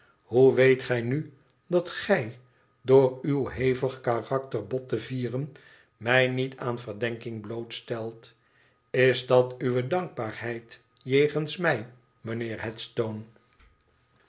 hoe weet gij nu dat gij door uw hevig karakter botte vieren mij niet aan verdenking blootstelt is dat uwe dankbaarheid jegens mij